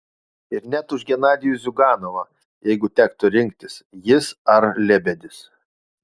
ir net už genadijų ziuganovą jeigu tektų rinktis jis ar lebedis